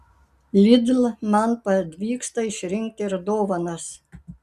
lidl man pavyksta išrinkti ir dovanas